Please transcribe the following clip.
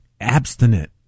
abstinent